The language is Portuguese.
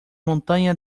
montanha